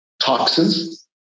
toxins